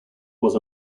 was